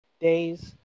days